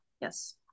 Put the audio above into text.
yes